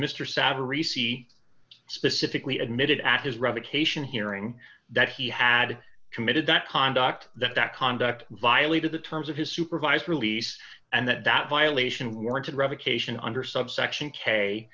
risi specifically admitted at his revocation hearing that he had committed that conduct that that conduct violated the terms of his supervised release and that that violation warranted revocation under subsection k